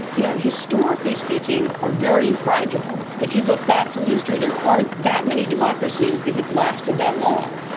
you know, historically speaking, are very fragile. if you look back through history, there aren't that many democracies that have lasted that long.